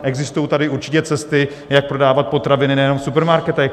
Existují tady určitě cesty, jak prodávat potraviny nejenom v supermarketech.